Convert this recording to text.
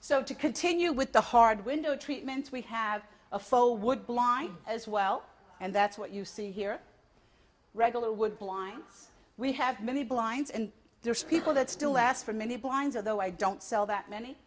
so to continue with the hard window treatments we have a full wood blind as well and that's what you see here regular wood blinds we have many blinds and there's people that still last for many blinds are though i don't sell that many